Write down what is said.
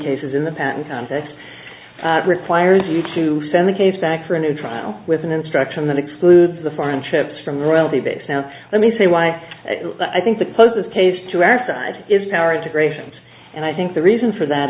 cases in the patent context requires you to send the case back for a new trial with an instruction that excludes the foreign trips from the royalty base now let me say why i think the closest case to our side is power integrations and i think the reason for that